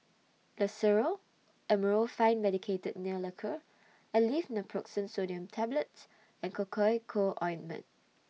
Loceryl Amorolfine Medicated Nail Lacquer Aleve Naproxen Sodium Tablets and Cocois Co Ointment